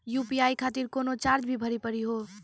UPI खातिर कोनो charge भी भरी पड़ी हो?